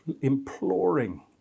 imploring